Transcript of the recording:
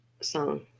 song